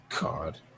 God